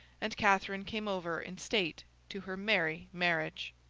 and catherine came over in state to her merry marriage.